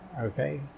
Okay